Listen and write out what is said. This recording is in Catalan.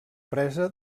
presa